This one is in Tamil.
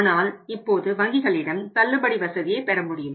ஆனால் இப்போது வங்கிகளிடம் தள்ளுபடி வசதியை பெற முடியும்